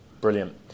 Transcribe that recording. brilliant